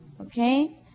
Okay